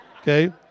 Okay